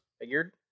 Figured